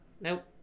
Nope